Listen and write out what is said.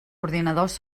ordinadors